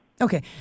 Okay